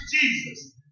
Jesus